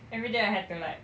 everyday I had to like